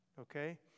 Okay